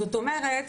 זאת אומרת,